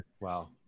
Wow